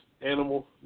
animal